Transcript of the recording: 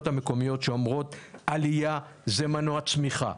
המקומיות שאומרות: עלייה זה מנוע צמיחה,